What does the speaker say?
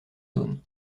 zone